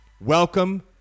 Welcome